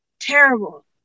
terrible